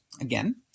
again